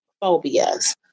phobias